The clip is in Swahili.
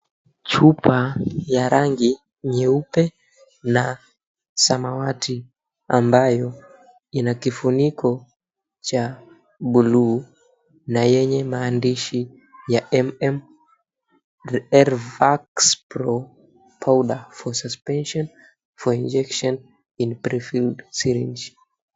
Chupa ya rangi nyeupe na samawati. Ambayo ina kifuniko cha buluu, na yenye maandishi ya, MMRVax Pro. Powder For Suspension For Injection In Pre-filled Syringe.